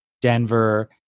Denver